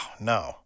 no